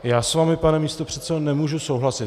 Já s vámi, pane místopředsedo, nemůžu souhlasit.